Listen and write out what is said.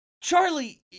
Charlie